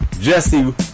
Jesse